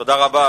תודה רבה,